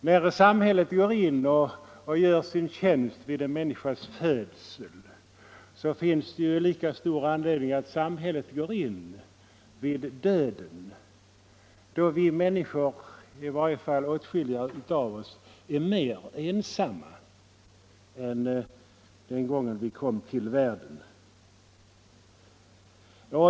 Eftersom samhället går in och erbjuder sina tjänster vid en människas födelse borde samhället ha lika stor anledning att göra det vid döden, då de flesta är mer ensamma än den gången då de kom till världen.